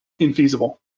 infeasible